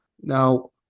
Now